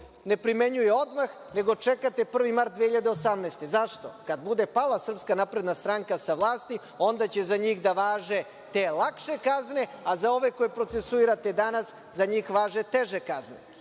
ne primenjuje odmah, nego čekate 1. mart 2018. godine? Zašto? Kada bude pala SNS sa vlasti, onda će za njih da važe te lakše kazne, a za ove koji procesuirate danas, za njih važe teže kazne.